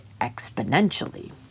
exponentially